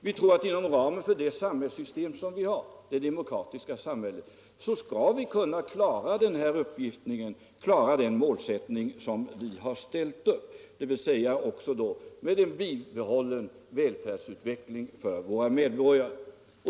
Vi tror att inom ramen för det samhällssystem som vi har — det demokratiska samhället — skall vi kunna klara uppgiften och nå det mål som vi har ställt upp med en bibehållen välfärdsutveckling för våra medborgare.